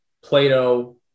Plato